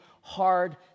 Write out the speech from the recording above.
hard